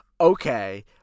okay